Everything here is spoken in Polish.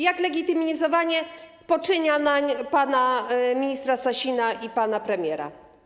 Jak legitymizowanie poczynań pana ministra Sasina i pana premiera.